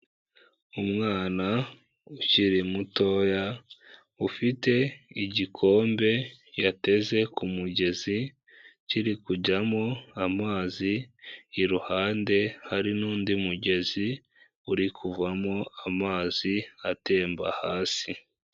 Umwana ukiri mutoya ufite igikombe yateze mugezi kiri kujyamo amazi, iruhande hari n'undi mugezi uri kuvamo amazi atemba hasi.